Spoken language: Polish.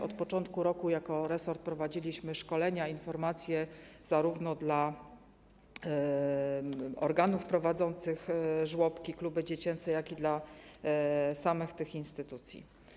Od początku roku jako resort prowadziliśmy szkolenia, przekazywaliśmy informacje zarówno dla organów prowadzących żłobki, kluby dziecięce, jak i dla samych tych instytucji.